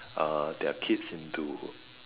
uh their kids into